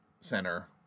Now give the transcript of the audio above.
center